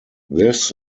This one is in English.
this